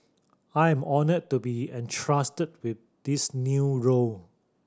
I am honoured to be entrusted with this new role